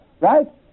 Right